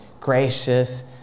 gracious